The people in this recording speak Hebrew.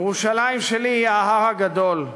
ירושלים שלי היא ההר הגדול,